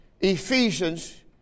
Ephesians